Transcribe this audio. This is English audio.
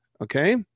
okay